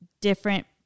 different